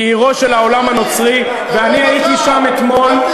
היא עירו של העולם הנוצרי, ואני הייתי שם אתמול.